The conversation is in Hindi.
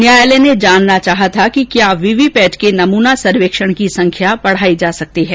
न्यायालय ने जानना चाहा था कि क्या वीवीपैट के नमूना सर्वेक्षण की संख्या बढ़ाई जा सकती है